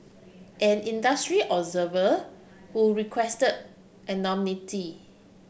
an industry observer who requested anonymity